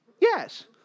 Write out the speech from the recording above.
Yes